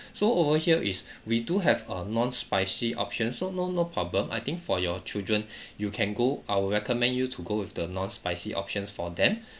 so over here is we do have a non spicy option so no no problem I think for your children you can go I will recommend you to go with the non spicy options for them